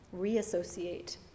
reassociate